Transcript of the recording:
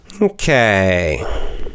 okay